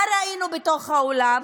מה ראינו בתוך האולם?